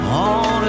on